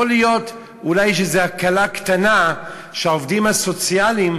יכול להיות שאולי יש איזו הקלה קטנה שהעובדים הסוציאליים